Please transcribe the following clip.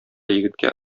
егеткә